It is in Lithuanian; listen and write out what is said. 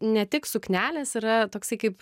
ne tik suknelės yra toksai kaip